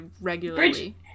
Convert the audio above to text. regularly